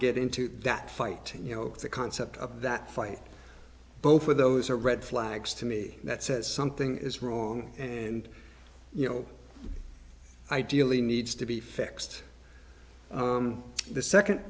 get into that fight you know the concept of that flight both of those are red flags to me that says something is wrong and you know ideally needs to be fixed the second